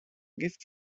gift